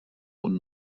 und